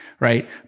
Right